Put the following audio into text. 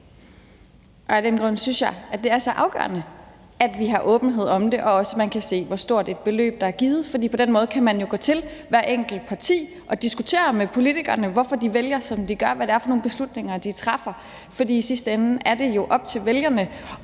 Af den grund synes jeg, det er så afgørende, at vi har åbenhed om det, og også at man kan se, hvor stort et beløb der er givet, for på den måde kan man jo gå til hvert enkelt parti og diskutere med politikerne, hvorfor de vælger, som de gør, og hvad det er for nogle beslutninger, de træffer, for i sidste ende er det jo op til vælgerne